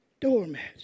doormats